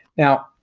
now,